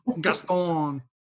Gaston